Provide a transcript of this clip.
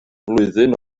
flwyddyn